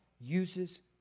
uses